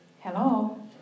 Hello